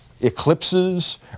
eclipses